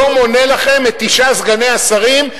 לא מונה לכם את תשעה סגני השרים,